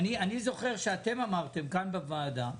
אני זוכר שאתם אמרתם כאן בוועדה,